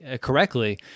correctly